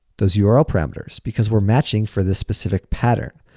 those yeah url parameters because we're matching for this specific pattern.